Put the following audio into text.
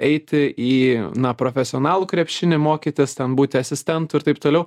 eiti į profesionalų krepšinį mokytis ten būti asistentu ir taip toliau